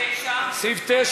סעיף 9,